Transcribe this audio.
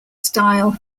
style